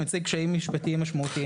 הציג קשיים משפטיים משמעותיים.